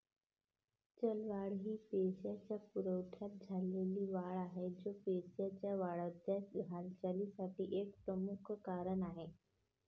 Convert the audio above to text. चलनवाढ ही पैशाच्या पुरवठ्यात झालेली वाढ आहे, जो पैशाच्या वाढत्या हालचालीसाठी एक प्रमुख कारण आहे